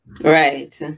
Right